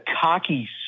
cocky